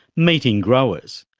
meeting growers.